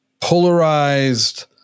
polarized